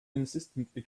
insistently